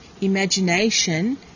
imagination